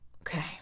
okay